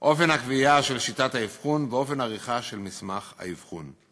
אופן הקביעה של שיטת האבחון ואופן עריכה של מסמך האבחון.